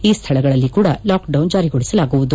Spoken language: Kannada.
ಈ ಸ್ಥಳಗಳಲ್ಲಿ ಕೂಡ ಲಾಕ್ಡೌನ್ ಜಾರಿಗೊಳಿಸಲಾಗುವುದು